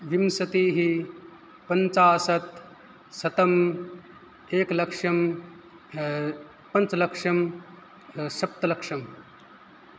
विंशतिः पञ्चाशत् शतम् एकलक्षं पञ्चलक्षं सप्तलक्षम्